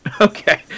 Okay